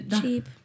cheap